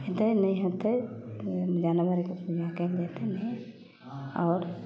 हेतै नहि हेतै जानवरके पूजा कएल जेतै आओर